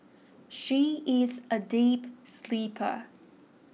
she is a deep sleeper